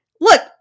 look